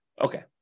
Okay